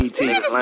ET